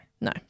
No